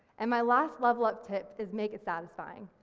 and my last level up tip is make it satisfying.